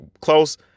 close